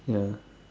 ya